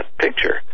picture